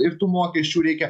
ir tų mokesčių reikia